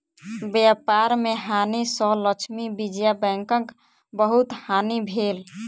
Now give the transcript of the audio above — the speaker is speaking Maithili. व्यापार में हानि सँ लक्ष्मी विजया बैंकक बहुत हानि भेल